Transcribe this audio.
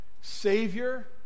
savior